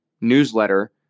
newsletter